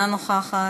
אינה נוכחת.